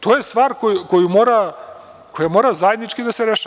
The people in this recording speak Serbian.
To je stvar koja mora zajednički da se rešava.